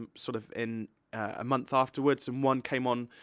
um sort of in a month afterwards, and one came on,